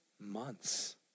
months